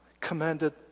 commanded